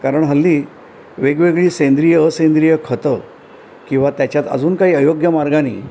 कारण हल्ली वेगवेगळी सेंद्रिय असेंद्रिय खतं किंवा त्याच्यात अजून काही अयोग्य मार्गाने